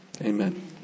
Amen